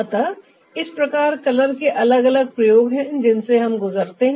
अतः इस प्रकार कलर के अलग अलग प्रयोग हैं जिनसे हम गुजरते हैं